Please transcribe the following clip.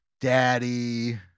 daddy